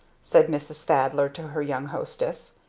said mrs. thaddler to her young hostess.